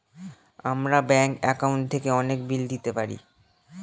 আমরা bank account থেকে অনেক বিল দিতে পারি